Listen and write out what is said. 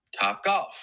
Topgolf